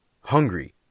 hungry